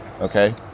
okay